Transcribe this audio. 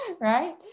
right